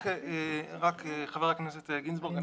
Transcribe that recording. חבר הכנסת גינזבורג,